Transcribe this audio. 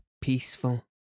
peaceful